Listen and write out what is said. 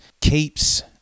keeps